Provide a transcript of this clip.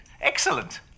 Excellent